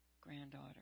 granddaughter